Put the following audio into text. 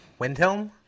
Windhelm